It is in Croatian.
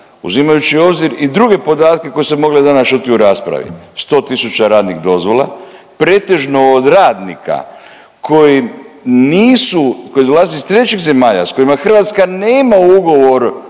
uzimajući u obzir i druge podatke koji su se mogli danas čuti u raspravi, 100 tisuća radnih dozvola pretežno od radnika koji nisu, koji dolaze iz trećih zemalja, s kojima Hrvatska nema ugovor